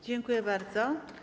Dziękuję bardzo.